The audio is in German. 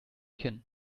kinn